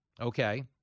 Okay